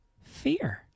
fear